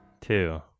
two